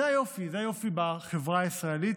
זה היופי, זה היופי בחברה הישראלית.